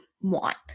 want